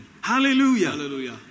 Hallelujah